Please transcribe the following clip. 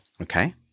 Okay